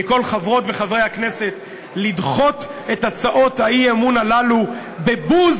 מכל חברות וחברי הכנסת לדחות את הצעות האי-אמון הללו בבוז